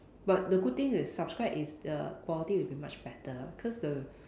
but the good thing with subscribe is the quality will be much better cause the